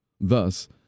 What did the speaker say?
Thus